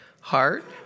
Heart